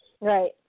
Right